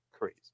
Crazy